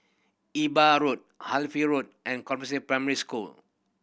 Imbiah Road Halifax Road and Compassvale Primary School